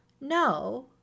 No